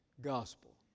gospel